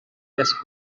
més